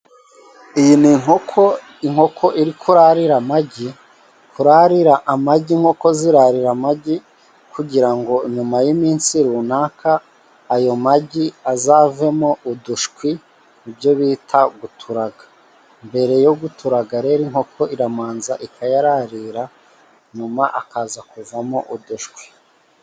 Iyi ni inkoko, inkoko iri kurarira amagi. Kurarira amagi inkoko zirarira amagi, kugira ngo nyuma y'iminsi runaka ayo magi azavemo udushwi, ibyo bita guturaga. Mbere yo guturaga rero, inkoko iramanza ikayararira, nyuma akaza kuvamo udushwi.